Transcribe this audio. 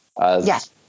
Yes